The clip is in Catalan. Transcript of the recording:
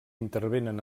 intervenen